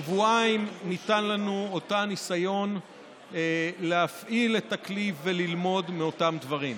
שבועיים ניתן לנו אותו ניסיון להפעיל את הכלי וללמוד מאותם דברים.